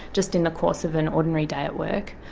just in the course of an ordinary day at work.